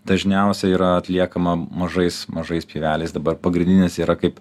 dažniausiai yra atliekama mažais mažais laiveliais dabar pagrindinis yra kaip